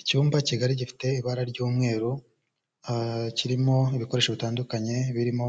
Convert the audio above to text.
Icyumba kigari gifite ibara ry'umweru, kirimo ibikoresho bitandukanye birimo